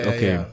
Okay